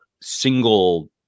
single